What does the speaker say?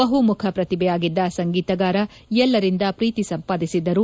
ಬಹು ಮುಖ ಪ್ರತಿಭೆ ಯಾಗಿದ್ದ ಸಂಗೀತಗಾರ ಎಲ್ಲರಿಂದ ಪ್ರೀತಿ ಸಂಪಾದಿಸಿದ್ದರು